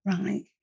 right